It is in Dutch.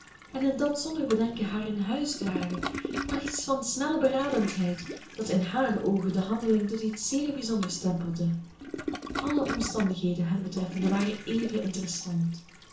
en in dat zonder bedenken haar in huis dragen lag iets van snelle beradenheid dat in haar oogen de handeling tot iets zeer bijzonders stempelde alle omstandigheden hem betreffende waren even interessant